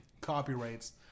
copyrights